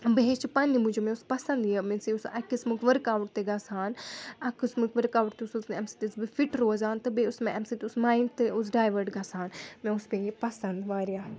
بہٕ ہیٚچھہٕ پَننہِ موٗجوٗب مےٚ اوٗس پَسنٛد یہِ اَکہِ قٕسمُک ؤرٕک اَوُٹ تہِ گژھان اَکھ قٕسمُک ؤرٕک اَوُٹ تہِ اوٗس گژھان اَمہِ سۭتۍ ٲسٕس بہٕ فِٹ روزان تہٕ بیٚیہِ اوٗس مےٚ اَمہِ سۭتۍ اوٗس مایِنٛڈ تہِ اوٗس ڈایوٲرٹ گژھان مےٚ اوٗس بیٚیہِ یہِ پَسنٛد واریاہ